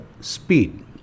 speed